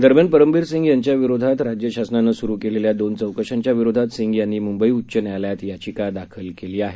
दरम्यान परमबीर सिंग यांच्याविरुद्ध राज्यशासनानं स्रु केलेल्या दोन चौकश्यांच्या विरोधात सिंग यांनी मुंबई उच्च न्यायालयात याचिका दाखल केली आहे